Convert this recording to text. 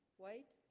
white